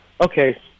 Okay